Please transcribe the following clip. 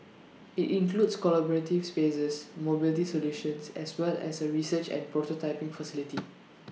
IT includes collaborative spaces mobility solutions as well as A research and prototyping facility